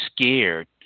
scared